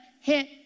hit